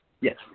Yes